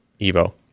evo